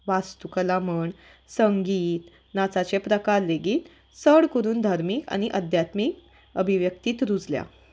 वास्तुकला म्हण संगीत नाचाचे प्रकार लेगीत चड करून धार्मीक आनी अध्यात्मीक अभिव्यक्तींत रुजल्यात